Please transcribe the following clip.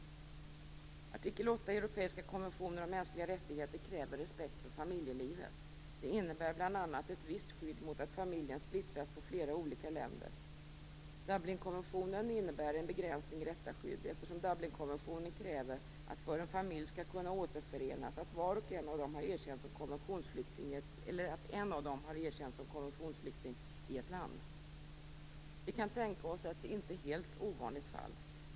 I artikel 8 i europeiska konventionen om mänskliga rättigheter reses krav på respekt för familjelivet. Det innebär bl.a. ett visst skydd mot att familjen splittras på flera olika länder. Dublinkonventionen innebär en begränsning i detta skydd, eftersom det i den krävs att för att en familj skall kunna återförenas en av dem har erkänts som konventionsflykting i ett land. Vi kan tänka oss ett inte helt ovanligt fall.